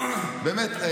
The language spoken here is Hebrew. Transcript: באמת,